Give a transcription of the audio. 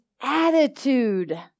attitude